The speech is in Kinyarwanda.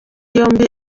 yombi